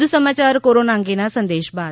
વધુ સમાચાર કોરોના અંગેના આ સંદેશ બાદ